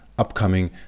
Upcoming